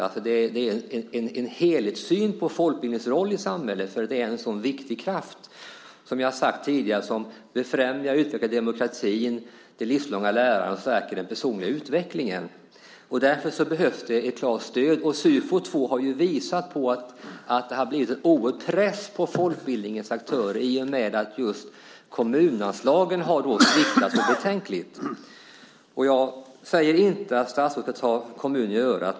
Det är en helhetssyn på folkbildningens roll i samhället för att det är en så viktig kraft, som vi har sagt tidigare, som befrämjar och utvecklar demokratin, det livslånga lärandet, och stärker den personliga utvecklingen. Därför behövs det ett klart stöd, och Sufo 2 har ju visat att det har blivit en oerhörd press på folkbildningens aktörer i och med att just kommunanslagen har sviktat så betänkligt. Jag säger inte att statsrådet ska ta kommunerna i örat.